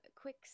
quick